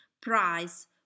price